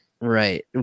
right